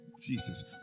Jesus